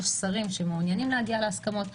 יש שרים שמעוניינים להגיע להסכמות,